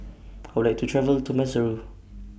I Would like to travel to Maseru